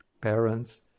parents